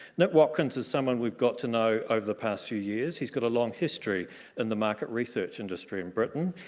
nick watkins is someone we've got to know over the past few years. he's got a long history in the market research industry in britain.